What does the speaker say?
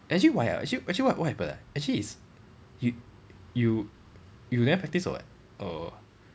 actually why ah actually actually what what happened ah actually is you you you never practise or what or